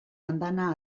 andana